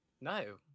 No